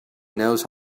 knows